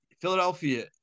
Philadelphia